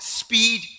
speed